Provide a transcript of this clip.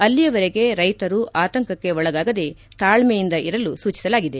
ಅಲ್ಲಿಯವರೆಗೆ ರೈತರು ಆತಂಕಕ್ಕೆ ಒಳಗಾಗದೆ ತಾಳ್ವೆಯಿಂದ ಇರಲು ಸೂಚಿಸಲಾಗಿದೆ